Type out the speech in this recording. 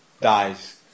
dies